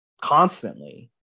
constantly